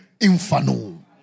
inferno